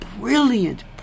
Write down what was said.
brilliant